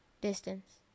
Distance